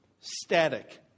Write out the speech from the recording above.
static